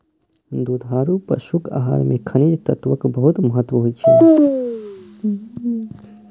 दुधारू पशुक आहार मे खनिज तत्वक बहुत महत्व होइ छै